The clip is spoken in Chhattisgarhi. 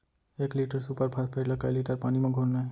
एक लीटर सुपर फास्फेट ला कए लीटर पानी मा घोरना हे?